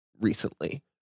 recently